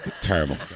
Terrible